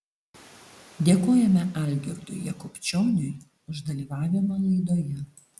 dėkojame algirdui jakubčioniui už dalyvavimą laidoje